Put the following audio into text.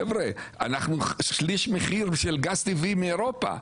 חבר'ה אנחנו שליש מחיר של גז טבעי מאירופה,